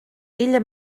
illa